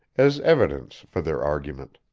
as evidence for their argument.